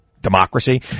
democracy